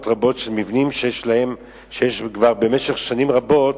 רבות של מבנים שיש נגדם כבר במשך שנים רבות